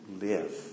live